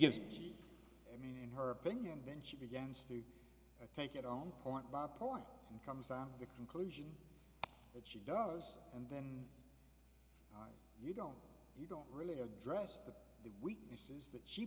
gives i mean her opinion then she begins to take it on point by point and comes down to the conclusion that she does and then you don't you don't really address the weaknesses that she